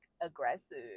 aggressive